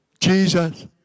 Jesus